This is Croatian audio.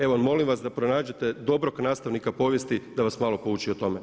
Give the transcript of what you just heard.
Evo molim vas da pronađete dobrog nastavnika povijesti da vas malo pouči o tome.